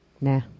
nah